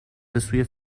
بسوی